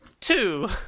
Two